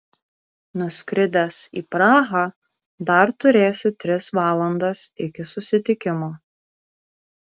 nuskridęs į prahą dar turėsi tris valandas iki susitikimo